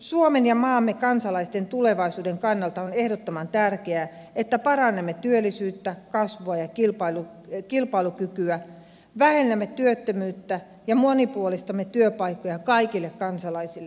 suomen ja maamme kansalaisten tulevaisuuden kannalta on ehdottoman tärkeää että parannamme työllisyyttä kasvua ja kilpailukykyä vähennämme työttömyyttä ja monipuolistamme työpaikkoja kaikille kansalaisille